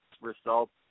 results